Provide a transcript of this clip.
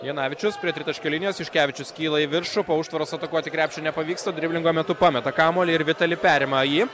janavičius prie tritaškio linijos juškevičius kyla į viršų po užtvaros atakuoti į krepšį nepavyksta driblingo metu pameta kamuolį ir vitali perima jį